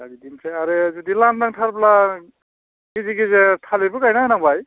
दा बिदिनोसै आरो जुदि लांदांथारबा गेजेर गेजेर थालिरबो गायना होनांबाय